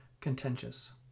Contentious